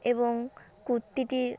এবং কুর্তিটির